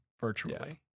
virtually